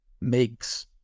makes